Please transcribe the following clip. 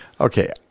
Okay